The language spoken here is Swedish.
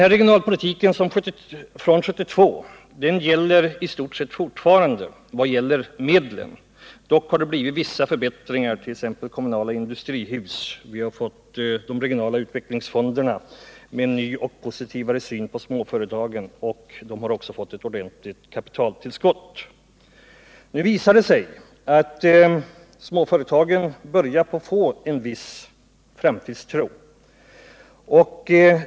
Regionalpolitiken från 1972 gäller i stort sett fortfarande i fråga om medlen, dock har vissa förbättringar tillkommit t.ex. när det gäller kommunala industrihus och regionala utvecklingsfonder, dvs. en ny och positivare syn på småföretagens utveckling. Nu visar det sig att småföretagen börjar få en viss framtidstro.